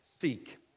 seek